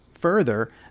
further